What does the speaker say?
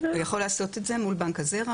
יכול לעשות את זה מול בנק הזרע.